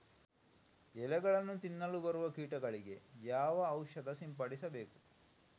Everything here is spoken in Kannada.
ಎಲೆಗಳನ್ನು ತಿನ್ನಲು ಬರುವ ಕೀಟಗಳಿಗೆ ಯಾವ ಔಷಧ ಸಿಂಪಡಿಸಬೇಕು?